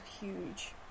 huge